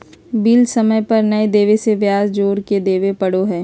bill समय पर नयय देबे से ब्याज जोर के देबे पड़ो हइ